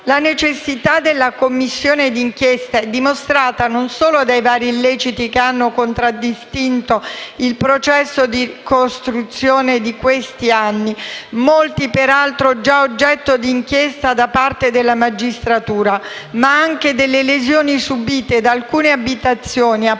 La necessità della Commissione d'inchiesta è dimostrata non solo dai vari illeciti che hanno contraddistinto il processo di ricostruzione in questi anni, molti peraltro già oggetto di inchieste da parte della magistratura, ma anche dalle lesioni subite da alcune abitazioni appena